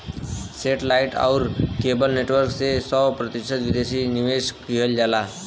सेटे light आउर cable network में सौ प्रतिशत विदेशी निवेश किहल जाला